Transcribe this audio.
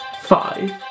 five